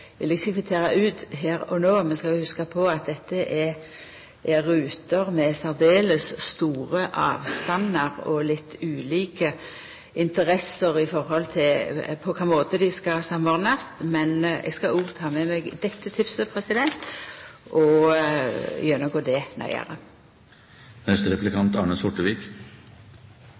vil eg ikkje kvittera ut her og no. Vi skal hugsa på at dette er ruter med særdeles store avstandar og litt ulike interesser med omsyn til på kva måte dei skal samordnast. Men eg skal òg ta med meg dette tipset og gjennomgå det